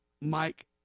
Mike